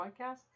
podcast